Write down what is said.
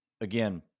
again